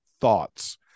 thoughts